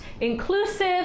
inclusive